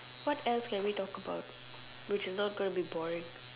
what else can we talk about which is not gonna be boring